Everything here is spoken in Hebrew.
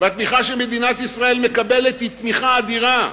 והתמיכה שמדינת ישראל מקבלת היא תמיכה אדירה.